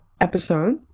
episode